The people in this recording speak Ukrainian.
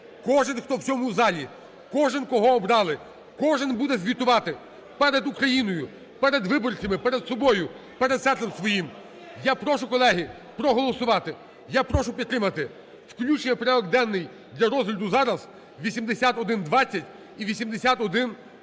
Кожен, хто в цьому залі, кожен, кого обрали, кожен буде звітувати перед Україною, перед виборцями, перед собою, перед серцем своїм. Я прошу, колеги, проголосувати. Я прошу підтримати включення в порядок денний для розгляду зараз 8120 і 8120-1.